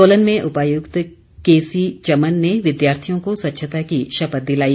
सोलन में उपायुक्त केसी चमन ने विद्यार्थियों को स्वच्छता की शपथ दिलाई